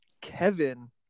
Kevin